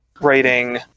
writing